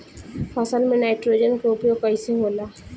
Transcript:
फसल में नाइट्रोजन के उपयोग कइसे होला?